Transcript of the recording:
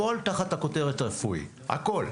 הכול תחת הכותרת הרפואי, הכול.